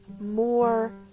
more